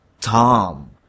Tom